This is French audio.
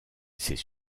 ses